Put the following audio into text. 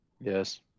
Yes